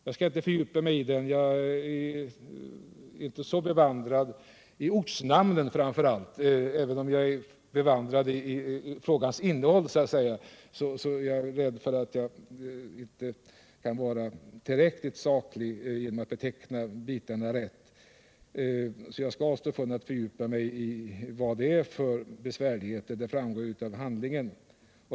Jag skall inte fördjupa mig i den —- även om jag är bekant med frågans innehåll är jag inte så bevandrad i ortsnamnen, och därför är jag rädd för att jag inte kan vara tillräckligt saklig. Jag skall därför avstå från att fördjupa mig i vilka svårigheterna är — det framgår f. ö. av handlingarna.